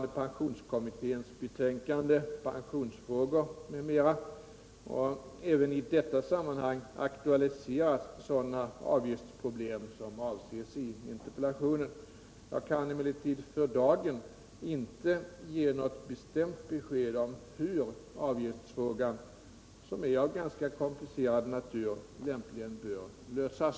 pellationen. Jag kan emellertid för dagen inte ge något bestämt besked om hur avgiftsfrågan, som är av ganska komplicerad natur, lämpligen bör lösas.